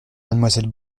mademoiselle